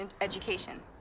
education